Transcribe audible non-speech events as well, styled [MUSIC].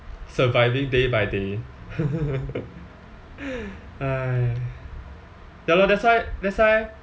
surviving day by day [LAUGHS] !haiya! ya lor that's why that's why